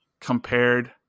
compared